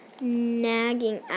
nagging